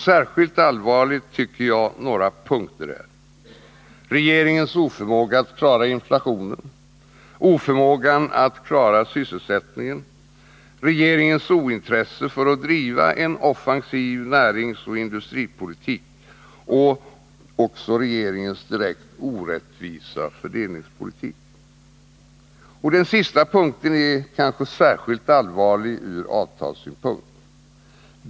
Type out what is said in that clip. Särskilt allvarliga tycker jag några punkter är: Den sista punkten är kanske speciellt allvarlig ur avtalssynpunkt.